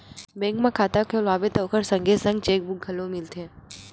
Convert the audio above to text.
bank म खाता खोलवाबे त ओखर संगे संग चेकबूक घलो मिलथे